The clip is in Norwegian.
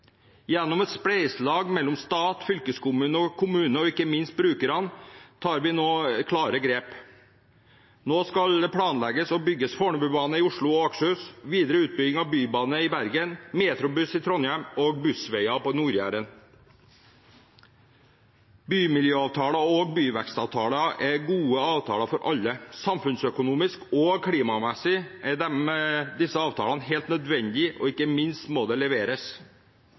Gjennom et spleiselag med stat, fylkeskommune, kommune og ikke minst brukerne tar vi nå klare grep. Nå skal det planlegges og bygges Fornebubane i Oslo og Akershus, det skal bygges videre på bybane i Bergen, metrobuss i Trondheim og bussveier på Nord-Jæren. Bymiljøavtaler og byvekstavtaler er gode avtaler for alle. Samfunnsøkonomisk og klimamessig er disse avtalene helt nødvendig – og ikke minst må det leveres.